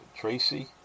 Tracy